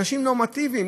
אנשים נורמטיביים,